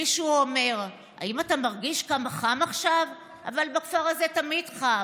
מישהו אומר: 'האם אתה מרגיש כמה חם עכשיו?' 'אבל בכפר הזה תמיד חם'".